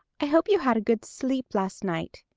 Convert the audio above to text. i hope you had a good sleep last night.